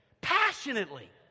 Passionately